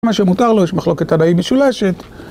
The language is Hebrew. מה שמותר לו יש מחלוקת תנאי משולשת